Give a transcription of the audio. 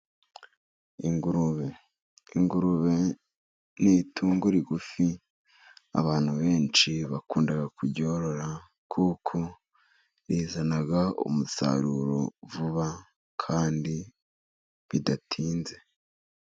Ingurube. Ingurube ni itungo rigufi, abantu benshi bakunda kuryorora, kuko rizana umusaruro vuba kandi bidatinze.